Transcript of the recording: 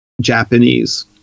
Japanese